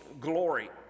glory